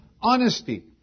honesty